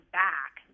back